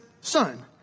son